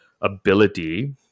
ability